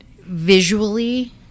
visually